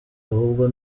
ahubwo